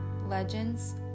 legends